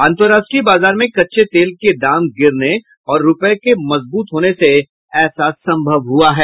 अंतर्राष्ट्रीय बाजार में कच्चे तेल के दाम गिरने और रुपये के मजबूत होने से ऐसा संभव हुआ है